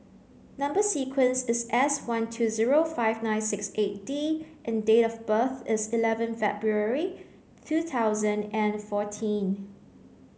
number sequence is S one two zero five nine six eight D and date of birth is eleven February two thousand and fourteen